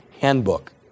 Handbook